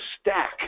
stack